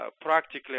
practically